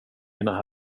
mina